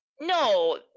no